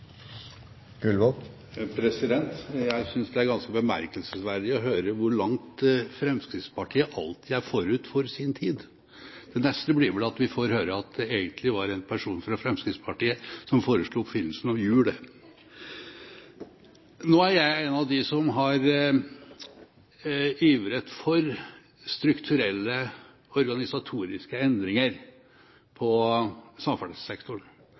media. Jeg synes det er ganske bemerkelsesverdig å høre hvor langt Fremskrittspartiet alltid er forut for sin tid. Det neste blir vel at vi får høre at det egentlig var en person fra Fremskrittspartiet som foresto oppfinnelsen av hjulet. Jeg er en av dem som har ivret for strukturelle, organisatoriske endringer på samferdselssektoren.